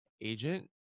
agent